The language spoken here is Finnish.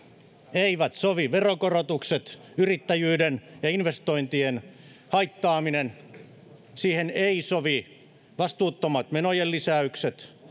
eivät sovi veronkorotukset yrittäjyyden ja investointien haittaaminen siihen eivät sovi vastuuttomat menojen lisäykset